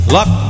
Luck